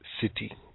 city